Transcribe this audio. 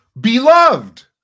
Beloved